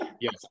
yes